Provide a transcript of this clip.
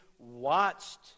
watched